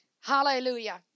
Hallelujah